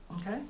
Okay